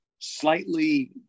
slightly